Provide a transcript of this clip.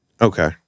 Okay